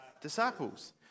disciples